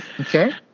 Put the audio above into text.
Okay